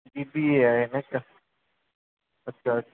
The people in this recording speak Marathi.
बी बी ए आहे नाही का अ अच्छा